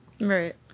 Right